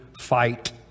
fight